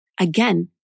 Again